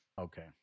Okay